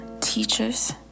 teachers